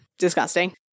disgusting